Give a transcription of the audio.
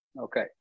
Okay